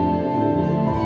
or